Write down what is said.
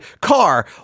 car